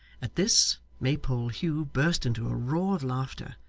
at this, maypole hugh burst into a roar of laughter,